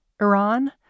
Iran